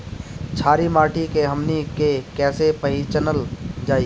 छारी माटी के हमनी के कैसे पहिचनल जाइ?